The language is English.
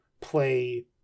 play